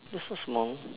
that's not small